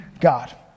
God